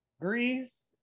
Greece